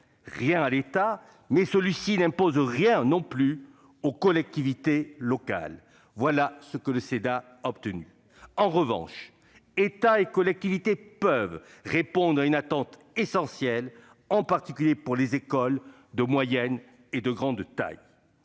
à l'État, mais celui-ci n'impose rien non plus aux collectivités locales. Voilà ce que le Sénat a obtenu ! En revanche, État et collectivités peuvent répondre à une demande qui s'avère en particulier pressante dans les écoles de moyenne et de grande taille.